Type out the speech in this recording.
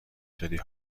دادی